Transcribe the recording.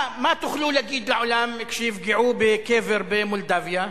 מה תוכלו להגיד לעולם כשיפגעו בקבר במולדביה,